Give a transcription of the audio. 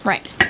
Right